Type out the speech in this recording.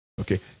Okay